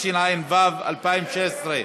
התשע"ו 2016,